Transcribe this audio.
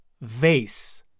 Vase